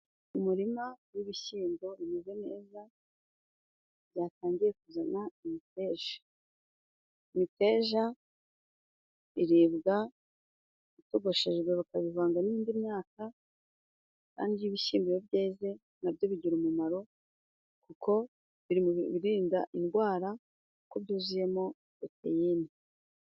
Umurima w'ibishyimbo umeze neza byatangiye kuzana imiteja. Imiteja iribwa itogoshejwe bakabivanga n'indi myaka kandi iyo ibishyimbo byeze nabyo bigira umumaro kuko biri mu birinda indwara kuko byuzuyemo poteyine.